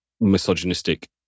misogynistic